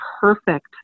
perfect